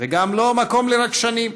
וגם לא מקום לרגשנים.